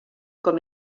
com